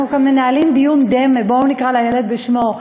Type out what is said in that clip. אנחנו מנהלים דיון-דמה, בואו נקרא לילד בשמו.